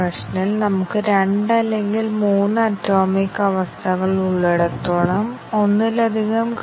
branch coverage കൂടുതൽ ശക്തമാണെന്ന് കാണിക്കാൻ നിങ്ങൾ ആഗ്രഹിക്കുന്നുവെങ്കിൽ ബ്രാഞ്ച് കവറേജ് സ്റ്റേറ്റ്മെന്റ് കവറേജ് ഉറപ്പ് നൽകുമെന്ന് ഞങ്ങൾ കാണിക്കേണ്ടതുണ്ട്